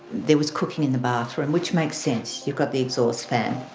there was cooking in the bathroom, which makes sense, you've got the exhaust fan.